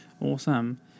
awesome